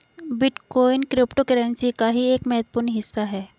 bitcoin cryptocurrency का ही एक महत्वपूर्ण हिस्सा है